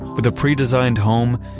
with a pre-designed home,